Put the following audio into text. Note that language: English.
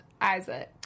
Isaac